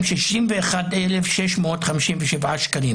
202,261,657 שקלים.